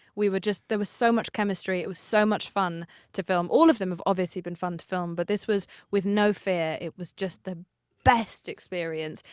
we were just there was so much chemistry, it was so much fun to film. all of them have, obviously, been fun to film. but this was with no fear. it was just the best experience.